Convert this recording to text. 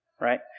right